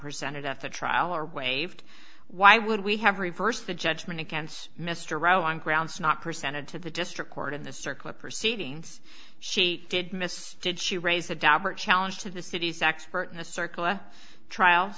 presented at the trial or waived why would we have reversed the judgment against mr rowan grounds not presented to the district court in the circuit proceedings she did miss did she raise the dabur challenge to the city's expert in a circle a trial